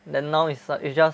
then now is like it's just